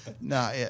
no